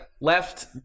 left